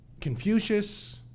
Confucius